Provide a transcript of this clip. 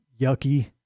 yucky